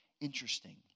Interesting